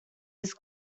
his